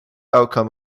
outcome